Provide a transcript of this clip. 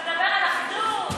תדבר על אחדות.